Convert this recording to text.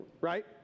right